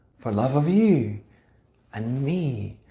for love of you and me,